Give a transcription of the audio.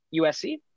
USC